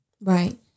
Right